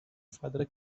father